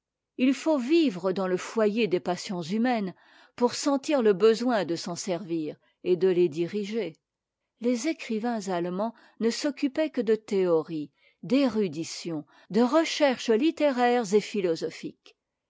il faut vivre dans le foyer des passions humaines pour sentir le besoin de s'en servir et de lès diriger les écrivains allemands ne s'occupaient que de théories d'érudition de recherches littéraires et philosophiques